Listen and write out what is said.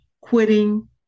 quitting